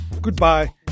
goodbye